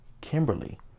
Kimberly